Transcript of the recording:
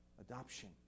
adoption